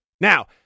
Now